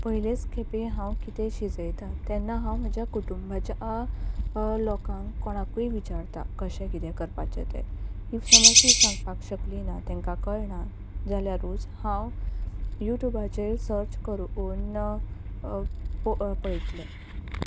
पयलेच खेपे हांव कितें शिजयता तेन्ना हांव म्हज्या कुटुंबाच्या लोकांक कोणाकूय विचारता कशें कितें करपाचें तें इफ समज तीं सांगपाक शकलीं ना तेंका कळना जाल्यारूच हांव यू ट्युबाचेर सर्च करून पळयतलें